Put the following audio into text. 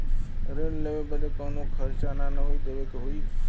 ऋण लेवे बदे कउनो खर्चा ना न देवे के होई?